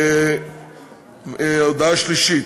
הודעה שלישית: